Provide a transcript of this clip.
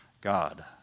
God